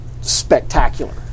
spectacular